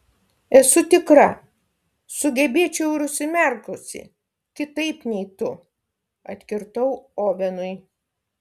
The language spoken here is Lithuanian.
esu tikra sugebėčiau ir užsimerkusi kitaip nei tu atkirtau ovenui